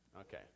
Okay